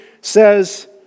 says